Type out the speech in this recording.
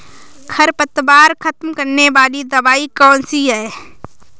खरपतवार खत्म करने वाली दवाई कौन सी है?